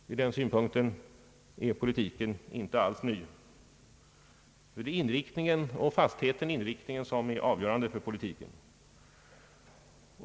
Från den synpunkten är politiken inte alls ny. Inriktningen och fastheten i inriktningen är avgörande för politiken.